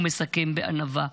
הוא מסכם בענווה,